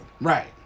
Right